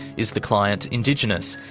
is the client indigenous?